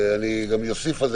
אני אוסיף על זה